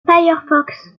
firefox